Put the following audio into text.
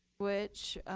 which